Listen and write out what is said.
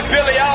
Billy